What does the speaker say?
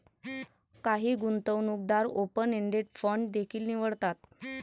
काही गुंतवणूकदार open ended fund देखील निवडतात